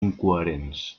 incoherents